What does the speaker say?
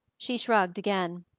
she shrugged again.